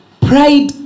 Pride